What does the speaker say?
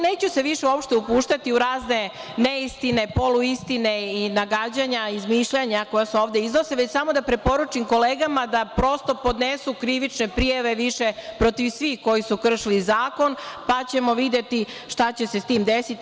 Neću se više uopšte upuštati u razne neistine, poluistine i nagađanja, izmišljanja koja se ovde iznose, već samo da preporučim kolegama da prosto podnesu krivične prijave protiv svih koji su kršili zakon, pa ćemo videti šta će se s tim desiti.